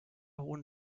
hohen